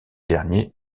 dernier